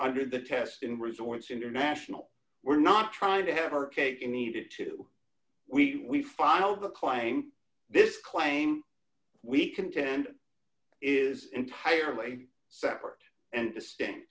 the test in resorts international we're not trying to have her cake you needed to we filed a claim this claim we contend is entirely separate and distinct